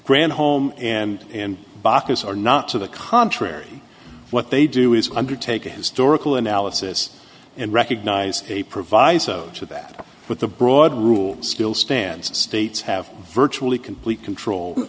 grant home and and baucus are not to the contrary what they do is undertake a historical analysis and recognize a proviso to that but the broad rule still stands states have virtually complete control